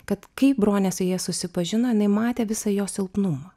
kad kaip bronė su ja susipažino jinai matė visą jo silpnumą